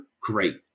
great